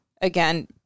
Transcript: again